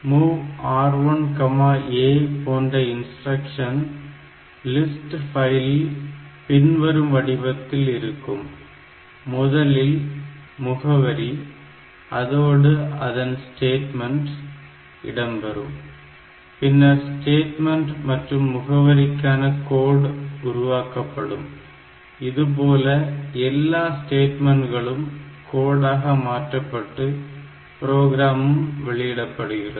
MOV R1 A போன்ற instruction list பைலில் பின்வரும் வடிவத்தில் இருக்கும் முதலில் முகவரி அதோடு அதன் ஸ்டேட்மன்ட் இடம்பெறும் பின்னர் ஸ்டேட்மன்ட் மற்றும் முகவரிக்கான கோடு உருவாக்கப்படும் இதுபோல எல்லா ஸ்டேட்மன்ட்களும் கோடாக மாற்றப்பட்டு ப்ரோக்ராமும் வெளியிடப்படுகிறது